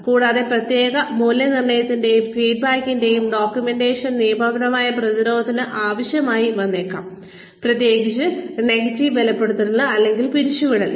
കൂടാതെ പ്രകടന മൂല്യനിർണ്ണയത്തിന്റെയും ഫീഡ്ബാക്കിന്റെയും ഡോക്യുമെന്റേഷൻ നിയമപരമായ പ്രതിരോധത്തിന് ആവശ്യമായി വന്നേക്കാം പ്രത്യേകിച്ച് നെഗറ്റീവ് ബലപ്പെടുത്തലിന് അല്ലെങ്കിൽ പിരിച്ചുവിടലിന്